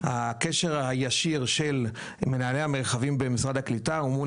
הקשר הישיר של מנהלי המרחבים במשרד הקליטה הוא מול